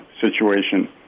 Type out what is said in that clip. situation